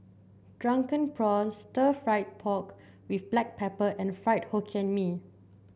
Drunken Prawns stir fry pork with Black Pepper and Fried Hokkien Mee